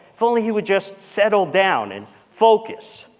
if only he would just settle down and focus.